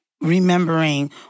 remembering